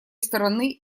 стороны